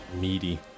Meaty